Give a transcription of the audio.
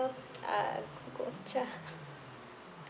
uh Gongcha